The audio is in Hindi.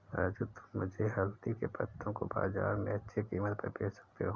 राजू तुम मुझे हल्दी के पत्तों को बाजार में अच्छे कीमत पर बेच सकते हो